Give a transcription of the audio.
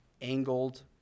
angled